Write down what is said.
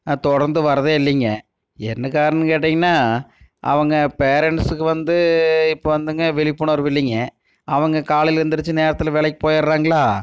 தொடர்ந்து வரதே இல்லைங்க என்ன காரணம்னு கேட்டிங்கன்னா அவங்க பேரன்ட்ஸ்க்கு வந்து இப்போ வந்துங்க விழிப்புணர்வு இல்லைங்க அவங்க காலையில் எழுந்துரிச்சு நேரத்தில் வேலைக்கு போயிடறாங்களா